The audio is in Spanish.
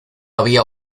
había